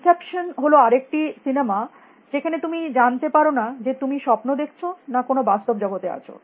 Inception হল আরেকটি সিনেমা যেখানে তুমি জানতে পার না যে তুমি স্বপ্ন দেখছ না কোনো বাস্তব জগতে আছ